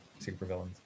supervillains